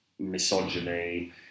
misogyny